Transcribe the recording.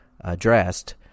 addressed